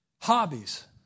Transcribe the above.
Hobbies